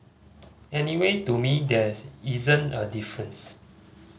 anyway to me there isn't a difference